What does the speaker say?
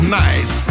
nice